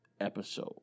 episode